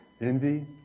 envy